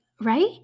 Right